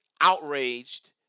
outraged